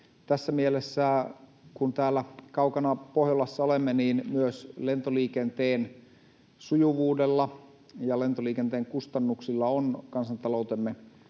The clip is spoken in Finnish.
Tässä mielessä, kun täällä kaukana Pohjolassa olemme, myös lentoliikenteen sujuvuudella ja lentoliikenteen kustannuksilla on kansantaloutemme